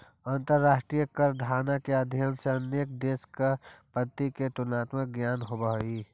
अंतरराष्ट्रीय कराधान के अध्ययन से अनेक देश के कर पद्धति के तुलनात्मक ज्ञान होवऽ हई